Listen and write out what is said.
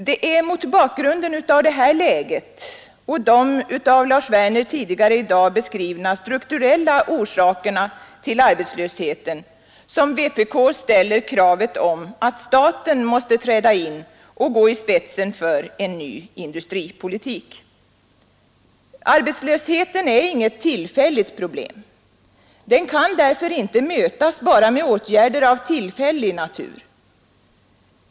Det är mot bakgrunden av detta läge och de av Lars Werner tidigare i dag beskrivna strukturella orsakerna till arbetslösheten som vpk ställer kravet om att staten måste träda in och gå i spetsen för en ny industripolitik. Arbetslösheten är inget tillfälligt problem. Den kan därför inte mötas endast med åtgärder av tillfällig natur.